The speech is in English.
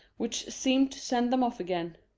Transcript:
which seemed to send them off again.